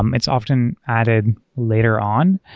um it's often added later on.